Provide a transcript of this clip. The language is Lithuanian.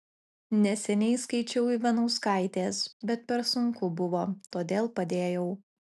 neseniai skaičiau ivanauskaitės bet per sunku buvo todėl padėjau